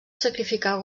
sacrificar